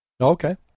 Okay